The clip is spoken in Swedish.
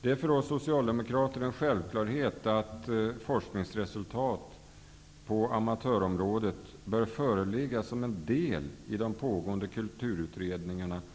Det är för oss socialdemokrater en självklarhet att forskningsresultat på amatörområdet bör föreligga som en del i de pågående Kultur